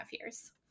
years